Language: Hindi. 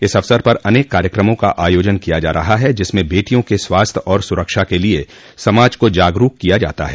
इस अवसर पर अनेक कार्यक्रमों का आयोजन किया जा रहा है जिसमें बेटियों के स्वास्थ्य और सुरक्षा के लिए समाज को जागरूक किया जाता है